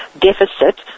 deficit